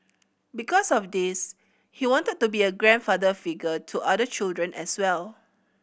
because of this he wanted to be a grandfather figure to other children as well